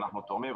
ואנחנו תורמים.